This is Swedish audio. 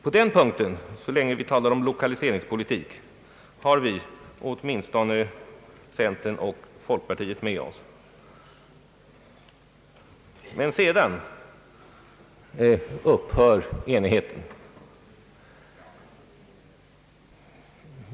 På den punkten, så länge vi talar om lokaliseringspolitik, har vi åtminstone centern och folkpartiet med oss. Men sedan upphör enigheten.